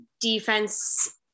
defense